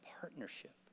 partnership